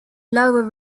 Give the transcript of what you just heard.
lower